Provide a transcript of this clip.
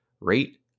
Rate